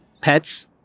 pets